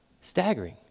Staggering